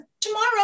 Tomorrow